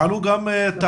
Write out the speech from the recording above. עלו גם טענות,